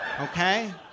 okay